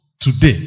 today